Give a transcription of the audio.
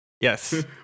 yes